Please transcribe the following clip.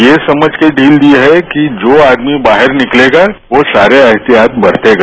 यह समझ कर बील दी है कि जो आदमी बाहर निकलेगा वह सारे एहतियात बरतेगा